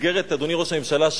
אדוני ראש הממשלה,